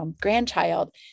grandchild